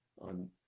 on